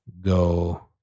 go